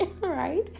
right